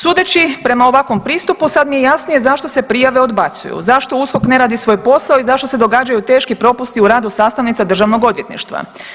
Sudeći prema ovakvom pristupu sad mi je jasnije zašto se prijave odbacuju, zašto USKOK ne radi svoj posao i zašto se događaju teški propusti u sastavnica državnog odvjetništva.